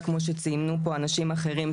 וכמו שציינו פה אנשים אחרים,